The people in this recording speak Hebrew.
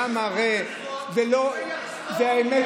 והאמת,